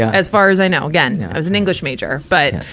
ah as far as i know, again, as an english major. but,